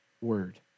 word